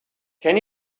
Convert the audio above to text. can